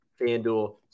FanDuel